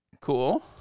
Cool